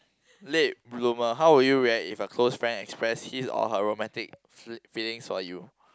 late bloomer how will you react if a close friend express his or her romantic fee~ feelings for you